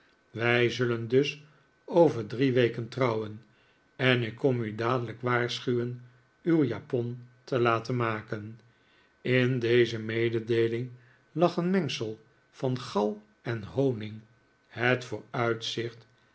wij zullen dus over drie weken trouwen en ik kom u dadelijk waarschuwen uw japon te laten maken in deze mededeeling lag een mengsel van gal en honing het